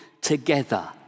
together